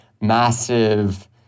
massive